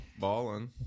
ballin